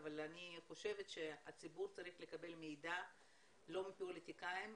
אבל אני חושבת שהציבור צריך לקבל מידע לא מפוליטיקאים,